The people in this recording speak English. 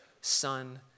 son